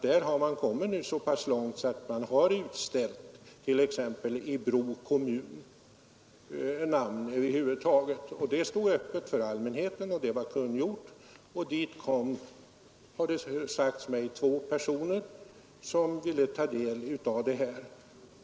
Där har man kommit så pass långt att en utställning ägt rum i Bro kommun. Utställningen var kungjord och tillgänglig för allmänheten.